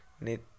Need